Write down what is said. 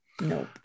nope